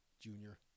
Junior